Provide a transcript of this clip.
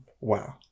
Wow